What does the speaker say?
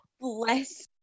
Bless